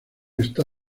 esta